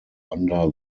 under